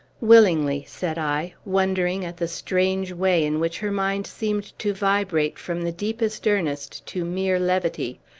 willingly, said i, wondering at the strange way in which her mind seemed to vibrate from the deepest earnest to mere levity.